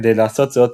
כדי לעשות זאת,